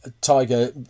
Tiger